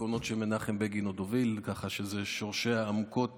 ועקרונות שמנחם בגין עוד הוביל, כך ששורשיה עמוקים